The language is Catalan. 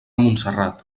montserrat